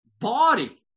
body